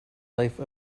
life